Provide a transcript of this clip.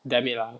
damn it lah